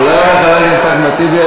תודה רבה לחבר הכנסת אחמד טיבי.